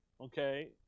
okay